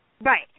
Right